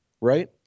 right